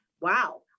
Wow